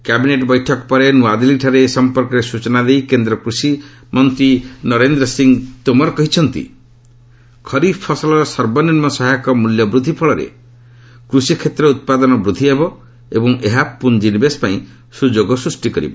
cabinet ବୈଠକ ପରେ ନ୍ନଆଦିଲ୍ଲୀଠାରେ ଏ ସମ୍ପର୍କରେ ସୂଚନା ଦେଇ କେନ୍ଦ୍ର କୃଷିମନ୍ତ୍ରୀ ନରେନ୍ଦ୍ର ସିଂ ତୋମର କହିଛନ୍ତି ଯେ ଖରିଫ ଫସଲର ସର୍ବନିମ୍ନ ସହାୟକ ମୂଲ୍ୟବୃଦ୍ଧି ଫଳରେ କୃଷି କ୍ଷେତ୍ରର ଉତ୍ପାଦନ ବୃଦ୍ଧି ହେବ ଏବଂ ଏହା ପୁଞ୍ଜିନିବେଶ ପାଇଁ ସୁଯୋଗ ସୃଷ୍ଟି ହୋଇପାରିବ